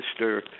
Mr